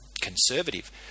conservative